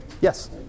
Yes